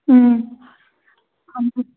ꯎꯝ